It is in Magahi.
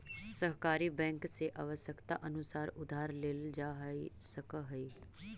सहकारी बैंक से आवश्यकतानुसार उधार लेल जा सकऽ हइ